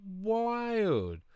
Wild